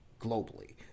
globally